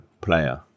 player